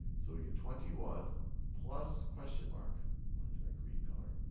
so we get twenty one plus question mark, i want to do that green color,